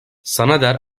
sanader